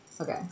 Okay